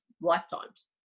lifetimes